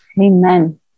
Amen